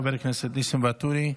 חבר הכנסת ניסים ואטורי,